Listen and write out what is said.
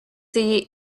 city